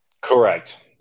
Correct